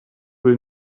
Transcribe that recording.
will